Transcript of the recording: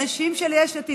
הנשים של יש עתיד,